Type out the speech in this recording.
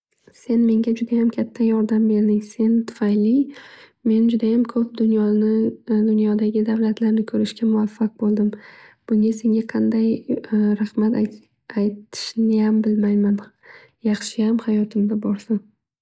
Sen menga judayam katta yordam berding. Sen tufayli men judayam ko'p dunyoni dunyodagi davlatlarni ko'rishga muvaffaq bo'ldim. Bunga qanday rahmat aytishniyam bilmayman. Yaxshiyam hayotimda borsan.